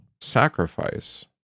sacrifice